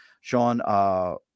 Sean